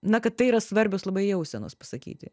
na kad tai yra svarbios labai jausenos pasakyti